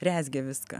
rezgė viską